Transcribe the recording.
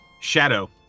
Shadow